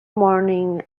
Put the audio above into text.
morning